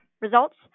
results